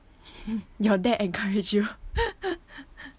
your dad encourage you